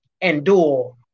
endure